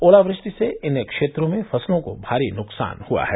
ओलावृष्टि से इन क्षेत्रों में फसलों को भारी नुकसान हुआ है